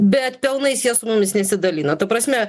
bet pelnais jie su mumis nesidalina ta prasme